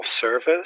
service